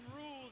rules